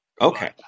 Okay